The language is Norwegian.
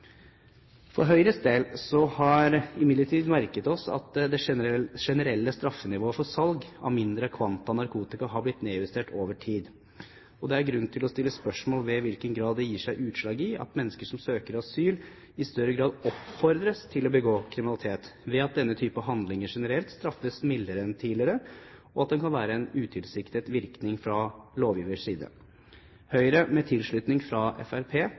For Høyres del har vi imidlertid merket oss at det generelle straffenivået for salg av mindre kvanta narkotika har blitt nedjustert over tid. Det er grunn til å stille spørsmål ved i hvilken grad dette gir seg utslag i at mennesker som søker om asyl, i større grad oppfordres til å begå kriminalitet ved at denne type handlinger generelt straffes mildere enn tidligere, og at dette kan være en utilsiktet virkning fra lovgivers side. Høyre, med tilslutning fra